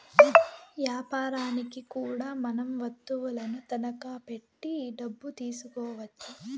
యాపారనికి కూడా మనం వత్తువులను తనఖా పెట్టి డబ్బు తీసుకోవచ్చు